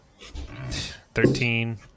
Thirteen